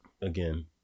Again